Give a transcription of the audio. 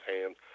hands